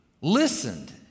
listened